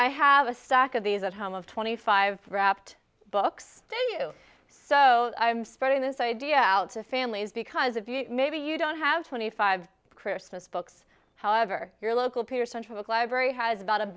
i have a stack of these at home of twenty five wrapped books on you so i'm spreading this idea out to families because of you maybe you don't have twenty five christmas books however your local paper central library has about a